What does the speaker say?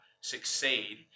succeed